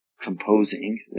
composing